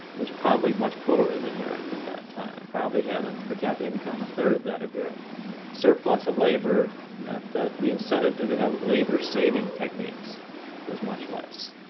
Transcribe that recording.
was probably much poorer than europe at that time, probably had a per capita income a third that of europe. this surplus of labour meant that the incentive to to have labour-saving techniques was much less.